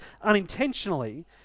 unintentionally